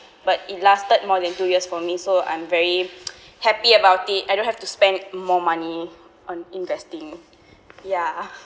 but it lasted more than two years for me so I'm very happy about it I don't have to spend more money on investing ya